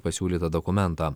pasiūlytą dokumentą